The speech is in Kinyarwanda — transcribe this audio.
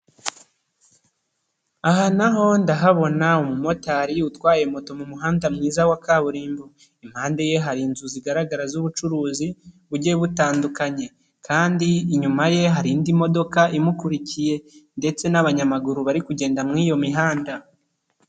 Aha naho ndahabona umumotari utwaye moto mu muhanda mwiza wa kaburimbo, impande ye hari inzu zigaragara z'ubucuruzi bugiye butandukanye kandi inyuma ye hari indi modoka imukurikiye ndetse n'abanyamaguru bari kugenda muri iyo mihanda.